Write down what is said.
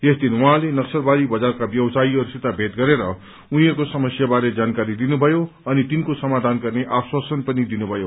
यसदिन उहाँले नक्सलबारी बजारका व्यवसायीहरूसित भेट गरेर उनीहरूको समस्याबारे जानकारी लिएर तिनको समाधान गर्ने आश्वासन पनि दिनुभयो